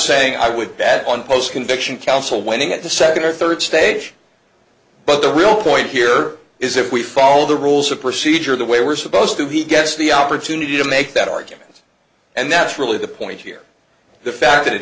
saying i would bet on post conviction counsel winning at the second or third stage but the real point here is if we follow the rules of procedure the way we're supposed to he gets the opportunity to make that argument and that's really the point here the fact that it